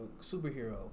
superhero